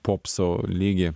popso lygį